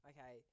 Okay